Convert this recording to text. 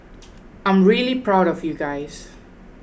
I'm really proud of you guys